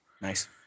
nice